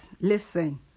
listen